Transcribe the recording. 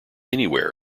anywhere